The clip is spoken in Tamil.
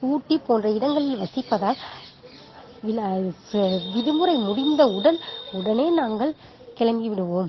ஊட்டி போன்ற இடங்களில் வசிப்பதால் விழா விடுமுறை முடிந்தவுடன் உடனே நாங்கள் கிளம்பி விடுவோம்